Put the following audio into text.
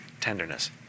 tenderness